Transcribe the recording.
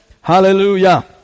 Hallelujah